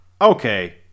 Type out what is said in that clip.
okay